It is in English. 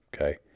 Okay